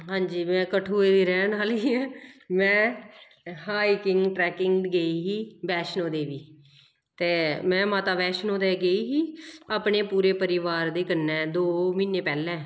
हां जी में कठुए दी रैह्न आह्ली ऐं में हाईकिंग ट्रैकिंग गेई ही बैष्णो देवी ते में माता बैष्णो दे गेई ही अपने पूरे परिवार दे कन्नै दो म्हीने पैह्लें